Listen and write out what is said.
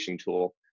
tool